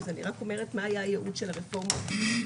אני רק אומרת מה היה הייעוד של הרפורמות מלכתחילה.